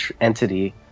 entity